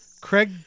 Craig